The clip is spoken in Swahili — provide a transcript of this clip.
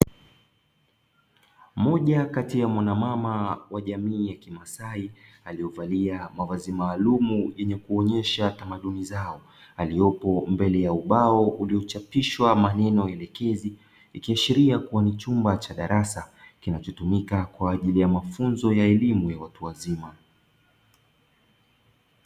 Moja kati ya mwanamama wa jamii ya kiMaasai aliyevalia mavazi maalumu yenye kuonyesha tamaduni zao aliyopo mbele ya ubao uliochapishwa maneno elekezi, ikiashiriakuwa ni chumba cha darasa kinachotumika kwa ajili ya mafunzo ya elimu ya watu wazima.